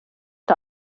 der